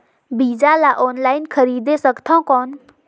बीजा ला ऑनलाइन खरीदे सकथव कौन?